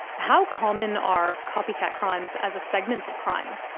how common are copycat crimes as a segment of crime?